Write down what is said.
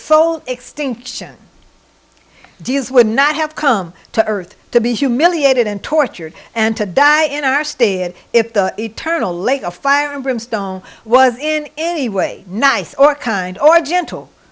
full extinction deals would not have come to earth to be humiliated and tortured and to die in our state if the eternal lake of fire and brimstone was in any way nice or kind or gentle